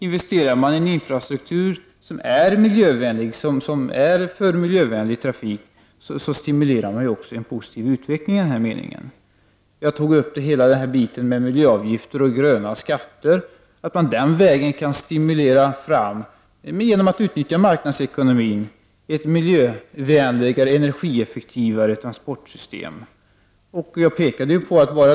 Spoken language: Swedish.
Investerar man i en infrastruktur som är miljövänlig, som syftar till en miljövänlig trafik, stimulerar man samtidigt en positiv utveckling. Jag nämnde detta med miljöavgifter och gröna skatter. Genom att utnyttja marknadsekonomin kan man den vägen stimulera framväxten av ett miljövänligare och energieffektivare transportsystem.